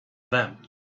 them